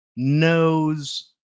knows